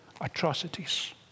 atrocities